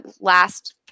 last